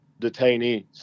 detainees